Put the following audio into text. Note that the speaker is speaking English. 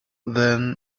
then